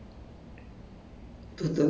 ya every one month between